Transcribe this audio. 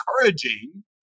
encouraging